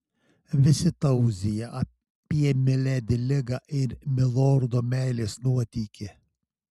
visi tauzija apie miledi ligą ir milordo meilės nuotykį